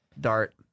dart